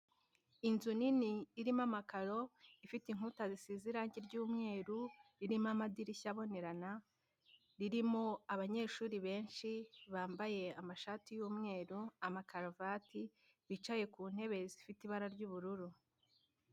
Inzu nini irimo amakaro ifite inkuta zisize irangi ry'umweru, ririmo amadirishya abonerana, ririmo abanyeshuri benshi, bambaye amashati y'umweru, amakaruvati, bicaye ku ntebe zifite ibara ry'ubururu.